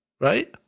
right